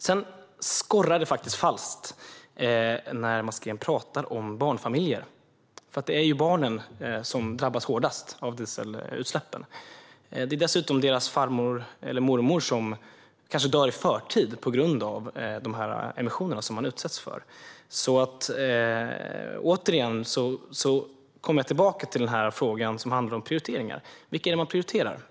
Sedan skorrar det faktiskt falskt när Mats Green pratar om barnfamiljer, för det är barnen som drabbas hårdast av dieselutsläppen. Det är kanske dessutom deras farmor eller mormor som dör i förtid på grund av de emissioner som de utsätts för. Jag kommer tillbaka till frågan som handlar om prioriteringar. Vad är det man prioriterar?